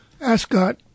Ascot